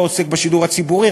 לא עוסק בשידור הציבורי,